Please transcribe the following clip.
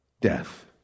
death